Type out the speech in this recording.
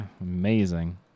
Amazing